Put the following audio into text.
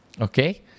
Okay